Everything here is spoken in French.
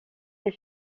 des